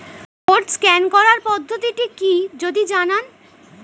Code scan করার পদ্ধতিটি কি যদি জানান?